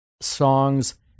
songs